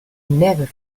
never